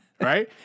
Right